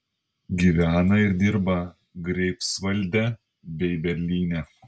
gyvena ir dirba greifsvalde bei berlyne